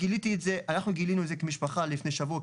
אנחנו גילינו את זה כמשפחה לפני שבוע,